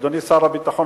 אדוני שר הביטחון,